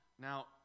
Now